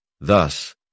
Thus